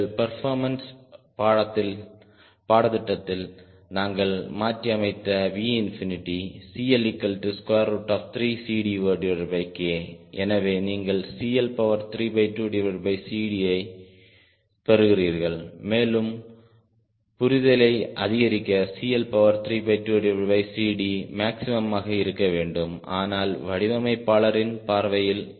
எங்கள் பெர்போர்மன்ஸ் பாடத்திட்டத்தில் நாங்கள் மாற்றியமைத்த V CL3CD0K எனவே நீங்கள் CL32CD ஐப் பெறுகிறீர்கள் மேலும் புரிதலை அதிகரிக்க CL32CD மேக்ஸிமமாக இருக்க வேண்டும் ஆனால் வடிவமைப்பாளரின் பார்வையில்